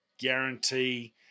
Guarantee